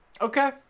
Okay